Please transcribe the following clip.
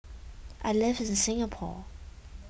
I lives in Singapore